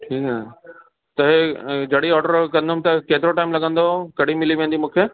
त जॾहिं ऑडर कंदुमि त केतिरो टाइम लॻंदो कॾहिं मिली वेंदी मूंखे